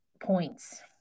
points